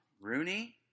rooney